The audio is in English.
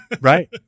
right